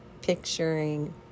Picturing